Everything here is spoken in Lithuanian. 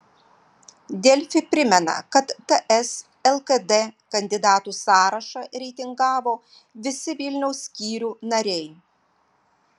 delfi primena kad ts lkd kandidatų sąrašą reitingavo visi vilniaus skyrių nariai